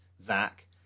Zach